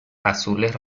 azules